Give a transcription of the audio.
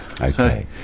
Okay